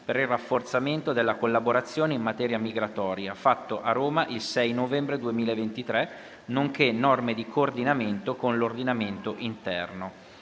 per il rafforzamento della collaborazione in materia migratoria, fatto a Roma il 6 novembre 2023, nonché norme di coordinamento con l'ordinamento interno***